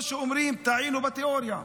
או שאומרים: טעינו בתיאוריה.